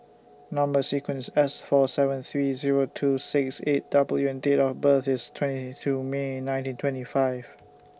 Number sequence IS S four seven three Zero two six eight W and Date of birth IS twenty two May nineteen twenty five